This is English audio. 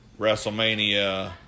WrestleMania